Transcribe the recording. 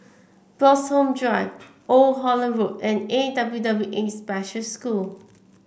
Bloxhome Drive Old Holland Road and A W W A Special School